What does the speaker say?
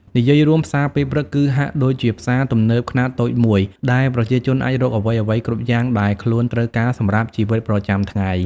និយាយរួម ផ្សារពេលព្រឹកគឺហាក់ដូចជាផ្សារទំនើបខ្នាតតូចមួយ ដែលប្រជាជនអាចរកអ្វីៗគ្រប់យ៉ាងដែលខ្លួនត្រូវការសម្រាប់ជីវិតប្រចាំថ្ងៃ។